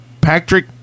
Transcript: Patrick